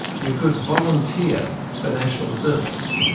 you could volunteer for national service.